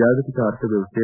ಜಾಗತಿಕ ಅರ್ಥ ವ್ಯವಸ್ಥೆ